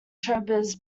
showbiz